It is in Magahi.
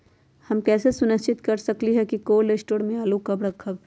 हम कैसे सुनिश्चित कर सकली ह कि कोल शटोर से आलू कब रखब?